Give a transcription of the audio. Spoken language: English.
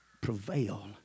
prevail